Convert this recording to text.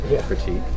critique